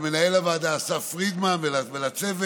למנהל הוועדה אסף פרידמן ולצוות.